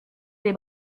des